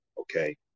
Okay